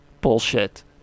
bullshit